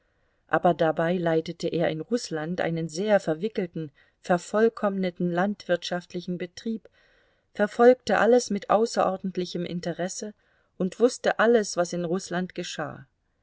aber dabei leitete er in rußland einen sehr verwickelten vervollkommneten landwirtschaftlichen betrieb verfolgte alles mit außerordentlichem interesse und wußte alles was in rußland geschah